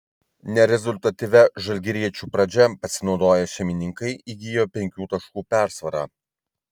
nerezultatyvia žalgiriečių pradžia pasinaudoję šeimininkai įgijo penkių taškų persvarą